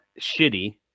shitty